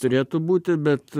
turėtų būti bet